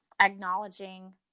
acknowledging